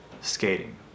skating